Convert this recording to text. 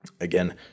Again